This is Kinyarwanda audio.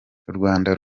rwanda